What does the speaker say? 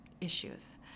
issues